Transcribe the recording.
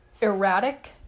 erratic